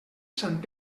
sant